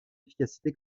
efficacité